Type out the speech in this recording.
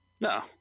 No